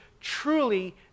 truly